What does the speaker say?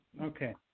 Okay